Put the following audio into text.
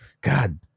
God